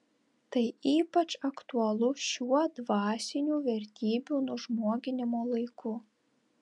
tai ypač aktualu šiuo dvasinių vertybių nužmoginimo laiku